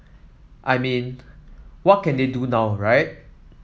I mean what can they do now right